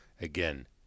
Again